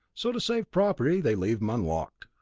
so to save property they leave em unlocked.